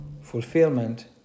fulfillment